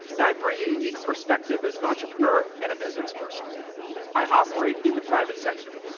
and i bring a unique perspective as an entrepreneur and a businessperson. i operate in the private sector,